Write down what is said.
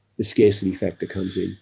the scarcity factor comes in.